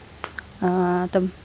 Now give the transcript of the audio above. ah